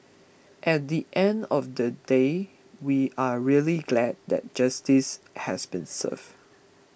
at the end of the day we are really glad that justice has been served